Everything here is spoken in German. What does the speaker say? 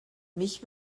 mich